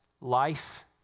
life